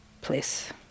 place